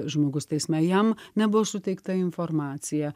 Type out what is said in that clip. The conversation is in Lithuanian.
žmogus teisme jam nebuvo suteikta informacija